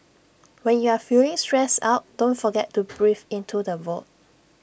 when you are feeling stressed out don't forget to breathe into the void